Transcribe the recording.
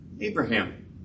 Abraham